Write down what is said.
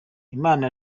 imana